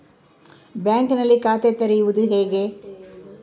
ಬ್ಯಾಂಕಿನಲ್ಲಿ ಖಾತೆ ತೆರೆಯುವುದು ಹೇಗೆ?